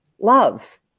love